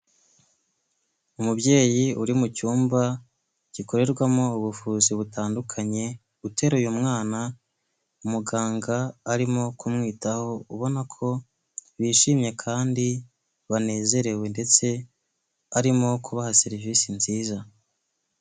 Umubyeyi uri mu cyumba gikorerwamo ubuvuzi butandukanye uteruye umwana umuganga arimo kumwitaho ubona ko bishimye kandi banezerewe ndetse arimo kubaha serivisi nziza.